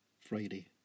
Friday